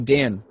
Dan